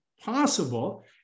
possible